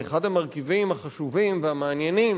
ואחד המרכיבים החשובים והמעניינים